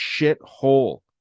shithole